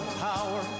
power